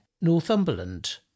Northumberland